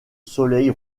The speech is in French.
soleil